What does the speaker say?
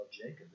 Jacob